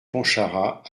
pontcharrat